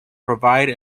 provide